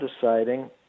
deciding